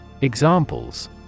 Examples